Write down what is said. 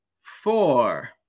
Four